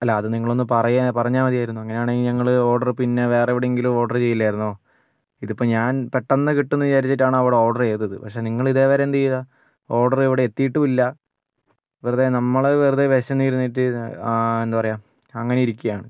അല്ല അത് നിങ്ങള് പറയ് പറഞ്ഞാൽ മതിയായിരുന്നു അങ്ങനെയാണെങ്കിൽ ഞങ്ങള് ഓർഡറ് പിന്നെ വേറെ എവിടെയെങ്കിലും ഓർഡർ ചെയ്യില്ലായിരുന്നോ ഇതിപ്പോൾ ഞാൻ പെട്ടെന്ന് കിട്ടുമെന്ന് വിചാരിച്ചിട്ടാണ് അവിടെ ഓർഡർ ചെയ്തത് പക്ഷെ നിങ്ങള് ഇതേവരെ എന്ത് ചെയ്യുവ ഓർഡർ ഇവിടെ എത്തിയിട്ടുമില്ല വെറുതെ നമ്മള് വെറുതെ വിശന്ന് ഇരുന്നിട്ട് എന്താ പറയുക അങ്ങനെ ഇരിക്കുകയാണ്